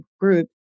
group